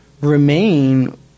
remain